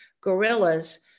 gorillas